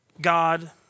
God